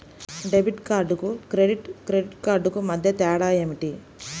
Debit కార్డుకు credit credit కార్డుకు మధ్య తేడా ఏమిటీ?